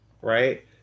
right